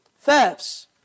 thefts